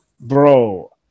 Bro